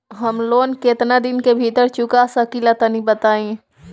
हम लोन केतना दिन के भीतर चुका सकिला तनि बताईं?